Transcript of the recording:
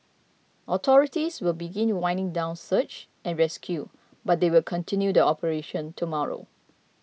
authorities will begin winding down search and rescue but they will continue the operation tomorrow